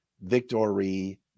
victory